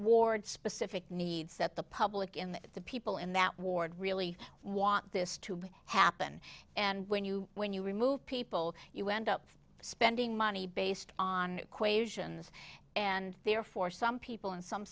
ward specific needs that the public in that the people in that ward really want this to happen and when you when you remove people you end up spending money based on quezon and therefore some people in some